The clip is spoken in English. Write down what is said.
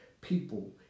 people